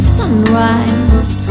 sunrise